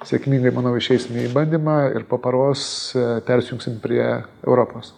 sėkmingai manau išeisime į bandymą ir po paros persijungsim prie europos